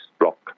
block